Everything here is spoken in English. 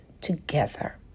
together